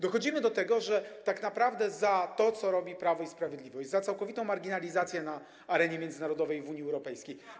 Dochodzimy do tego, że tak naprawdę za to, co robi Prawo i Sprawiedliwość, za całkowitą marginalizację na arenie międzynarodowej i w Unii Europejskiej.